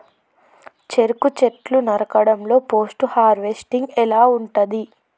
చెరుకు చెట్లు నరకడం లో పోస్ట్ హార్వెస్టింగ్ ఎలా ఉంటది?